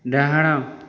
ଡାହାଣ